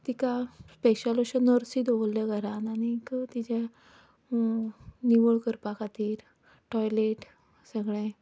तिका स्पेशियल अश्यो नर्सी दवरल्यो घरांत आनीक तिचें निवळ करपा खातीर टॉयलेट सगळें